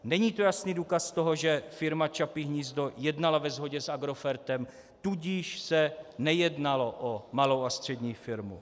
Není to jasný důkaz toho, že Firma Čapí hnízdo jednala ve shodě s Agrofertem, tudíž se nejednalo o malou a střední firmu?